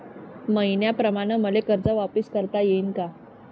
मईन्याप्रमाणं मले कर्ज वापिस करता येईन का?